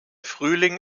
frühling